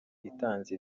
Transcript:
itanze